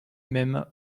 même